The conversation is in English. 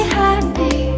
happy